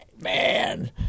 Man